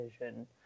vision